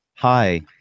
Hi